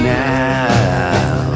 now